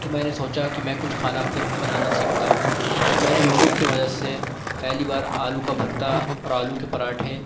تو میں نے سوچا کہ میں کچھ کھانا پھر بنانا سیکھتا ہوں تو میں نے یوٹیوب کی مدد سے پہلی بار آلو کا بھرتا اور آلو کے پراٹھے